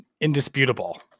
indisputable